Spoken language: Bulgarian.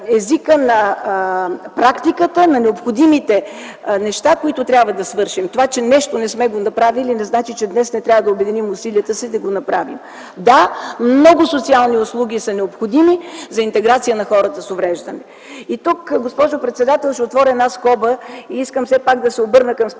езика на практиката, на необходимите неща, които трябва да свършим. Това, че нещо не сме направили, не значи, че днес не трябва да обединим усилията си и да го направим. Да, много социални услуги са необходими за интеграция на хората с увреждания. Тук, госпожо председател, ще отворя една скоба. Искам специално да се обърна към представителите